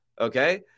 Okay